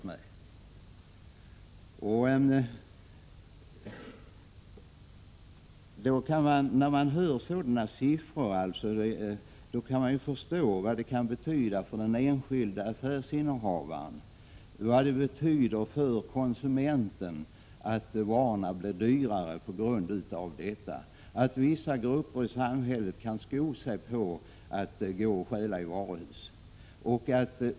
När man tar del av dessa siffror kan man förstå vad det betyder för den enskilde affärsinnehavaren och för konsumenten. Varorna blir dyrare på grund av att vissa grupper i samhället kan sko sig genom att stjäla i varuhus.